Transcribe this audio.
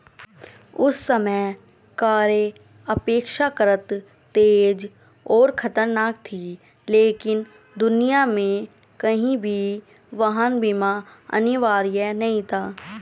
उस समय कारें अपेक्षाकृत तेज और खतरनाक थीं, लेकिन दुनिया में कहीं भी वाहन बीमा अनिवार्य नहीं था